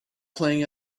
playing